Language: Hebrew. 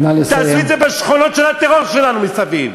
תעשו את זה בשכונות של הטרור שלנו מסביב.